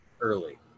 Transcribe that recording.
early